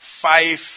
five